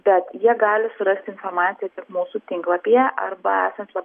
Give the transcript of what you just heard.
bet jie gali surasti informaciją mūsų tinklapyje arba esant